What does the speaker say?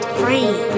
free